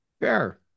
Fair